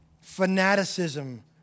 fanaticism